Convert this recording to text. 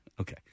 Okay